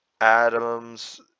Adams